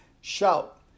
shout